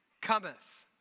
cometh